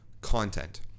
content